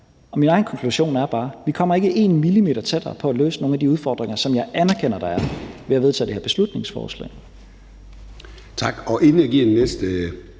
Og min egen konklusion er bare, at vi ikke kommer én millimeter tættere på at løse nogle af de udfordringer, som jeg anerkender der er, ved at vedtage det her beslutningsforslag. Kl. 14:33 Formanden (Søren